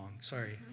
sorry